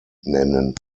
nennen